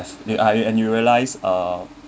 if i~ and you realize uh